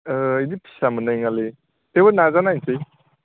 बिदि फिसा मोननाय नङालै थेवबो नाजा नायनोसै